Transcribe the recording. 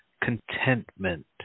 contentment